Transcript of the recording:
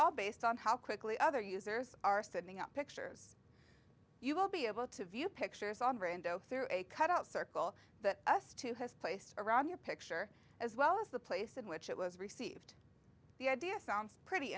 all based on how quickly other users are sending out pictures you will be able to view pictures on brando a cut out circle that us too has placed around your picture as well as the place in which it was received the idea sounds pretty